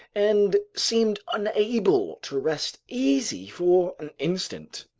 and seemed unable to rest easy for an instant.